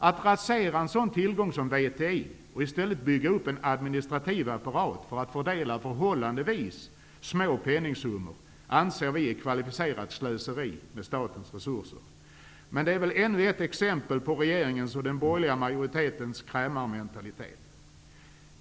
Att rasera en sådan tillgång som VTI är och att i stället bygga upp en administrativ apparat för att fördela förhållandevis små penningsummor anser vi är kvalificerat slöseri med statens resurser. Det är väl ännu ett exempel på regeringens och den borgerliga majoritetens krämarmentalitet.